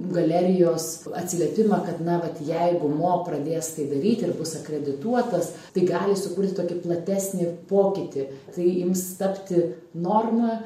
galerijos atsiliepimą kad na vat jeigu mo pradės tai daryti ir bus akredituotas tai gali sukurti tokį platesnį pokytį tai ims tapti norma